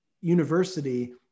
university